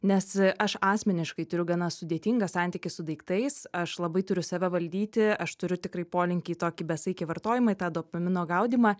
nes aš asmeniškai turiu gana sudėtingą santykį su daiktais aš labai turiu save valdyti aš turiu tikrai polinkį į tokį besaikį vartojimą į tą dopamino gaudymą